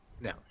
No